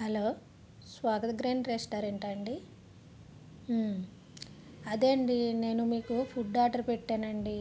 hello Swagath grand రెస్టారెంటా అండి అదేండి నేను మీకు ఫుడ్ ఆర్డర్ పెట్టానండి